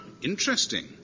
Interesting